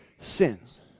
sins